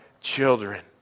children